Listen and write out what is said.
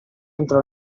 entrò